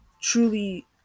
truly